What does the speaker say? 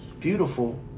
Beautiful